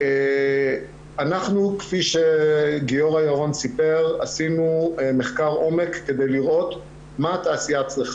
אי"ה זה יהיה מכון לב, יקחו את הצמד